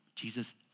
Jesus